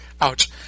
Ouch